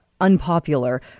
unpopular